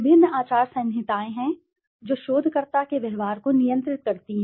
विभिन्न आचार संहिताएं हैं जो शोधकर्ता के व्यवहार को नियंत्रित करती हैं